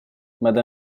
mme